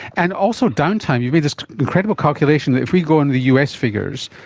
and also downtime. you made this incredible calculation that if we go on the us figures,